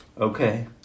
Okay